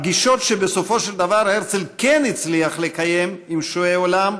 הפגישות שבסופו של דבר הרצל כן הצליח לקיים עם שועי עולם,